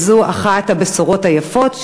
וזו אחת הבשורות היפות,